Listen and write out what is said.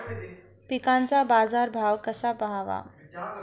पिकांचा बाजार भाव कसा पहावा?